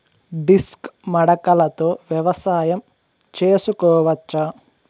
Disc మడకలతో వ్యవసాయం చేసుకోవచ్చా??